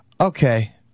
Okay